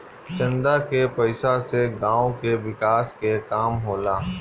चंदा के पईसा से गांव के विकास के काम होला